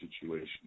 situation